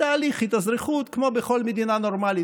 תהליך התאזרחות כמו בכל מדינה נורמלית.